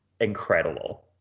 incredible